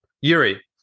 Yuri